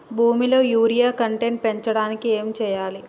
భూమిలో urea content పెంచడానికి ఏం చేయాలి?